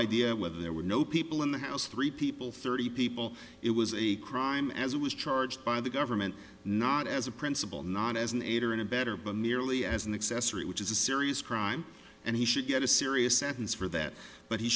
idea whether there were no people in the house three people thirty people it was a crime as it was charged by the government not as a principal not as an aider and abettor but merely as an accessory which is a serious crime and he should get a serious sentence for that but he